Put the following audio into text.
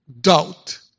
doubt